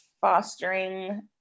fostering